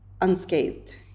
unscathed